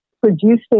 producing